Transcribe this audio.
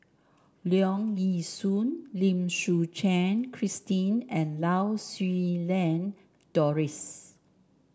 Leong Yee Soo Lim Suchen Christine and Lau Siew Lang Doris